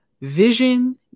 Vision